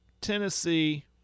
Tennessee